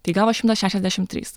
tai gavo šimtas šešiasdešimt trys